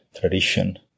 tradition